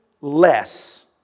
less